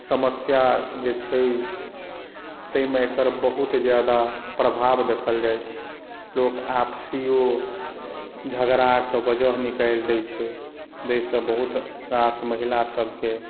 समस्या जे छै ताहिमे एकर बहुत ज्यादा प्रभाव देखल जाइत छै लोक आपसियो झगड़ा के वजह निकालि दै छै जाहिसॅं बहुत रास महिला सबके